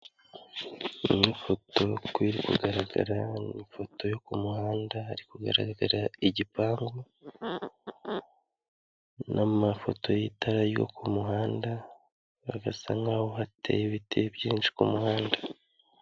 Iyi foto uko iri kugaragara, ni ifoto yo ku muhanda, hari kugaragara igipangu n'amafoto y'itara ryo ku muhanda, hagasa nkaho hateye ibiti byinshi ku muhanda.